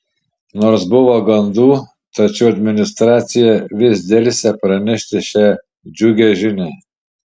nors buvo gandų tačiau administracija vis delsė pranešti šią džiugią žinią